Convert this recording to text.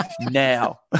now